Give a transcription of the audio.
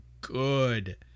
good